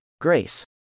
Grace